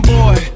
boy